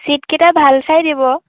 চিটকেইটা ভাল চাই দিব